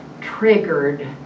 triggered